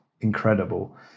incredible